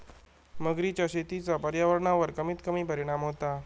मगरीच्या शेतीचा पर्यावरणावर कमीत कमी परिणाम होता